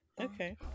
Okay